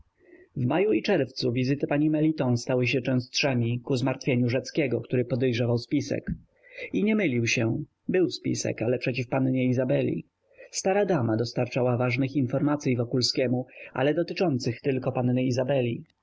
w maju i czerwcu wizyty pani meliton stały się częstszemi ku zmartwieniu rzeckiego który podejrzywał spisek i nie mylił się był spisek ale przeciw pannie izabeli stara dama dostarczała ważnych informacyj wokulskiemu ale dotyczących tylko panny izabeli